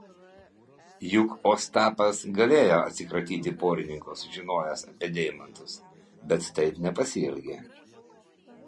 juk ostapas galėjo atsikratyti porininko sužinojęs apie deimantus bet taip nepasielgė